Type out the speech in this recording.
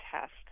test